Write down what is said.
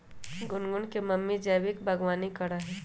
गुनगुन के मम्मी जैविक बागवानी करा हई